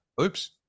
oops